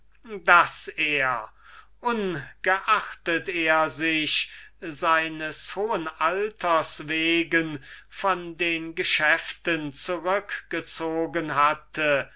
daß er ungeachtet er sich seines hohen alters wegen von den geschäften zurückgezogen hatte